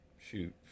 shoot